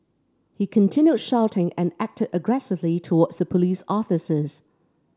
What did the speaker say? he continued shouting and acted aggressively towards the police officers